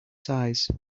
size